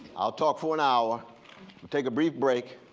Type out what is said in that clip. i'll talk for an hour, we'll take a brief break.